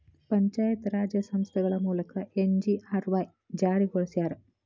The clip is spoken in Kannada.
ಪಂಚಾಯತ್ ರಾಜ್ ಸಂಸ್ಥೆಗಳ ಮೂಲಕ ಎಸ್.ಜಿ.ಆರ್.ವಾಯ್ ಜಾರಿಗೊಳಸ್ಯಾರ